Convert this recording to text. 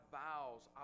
vows